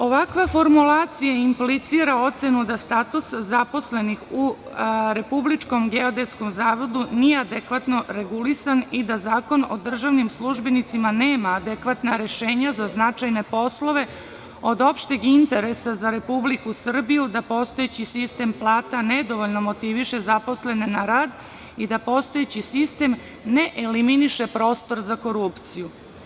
Ovakva formulacija implicira ocenu da status zaposlenih u RGZ nije adekvatno regulisan i da Zakon o državnim službenicima nema adekvatna rešenja za značajne poslove od opšteg interesa za Republiku Srbiju, da postojeći sistem plata nedovoljno motiviše zaposlene na rad i da postojeći sistem ne eliminiše prostor za korupciju.